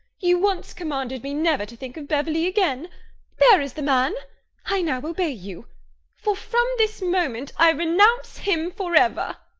you once commanded me never to think of beverley again there is the man i now obey you for, from this moment, i renounce him for ever.